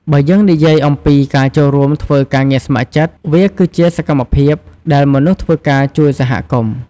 បើយើងនិយាយអំពី ការចូលរួមធ្វើការងារស្ម័គ្រចិត្ត វាគឺជាសកម្មភាពដែលមនុស្សធ្វើការជួយសហគមន៍។